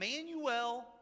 Emmanuel